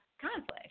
conflict